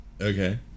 Okay